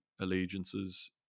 allegiances